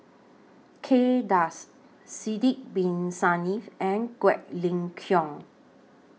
Kay Das Sidek Bin Saniff and Quek Ling Kiong